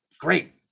Great